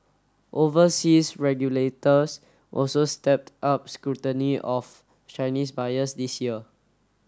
overseas regulators also stepped up scrutiny of Chinese buyers this year